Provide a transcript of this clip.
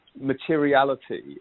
materiality